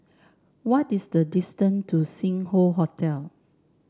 what is the distance to Sing Hoe Hotel